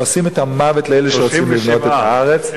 עושים את המוות לאלה שרוצים לבנות את הארץ.